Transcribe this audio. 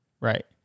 Right